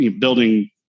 building